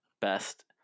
Best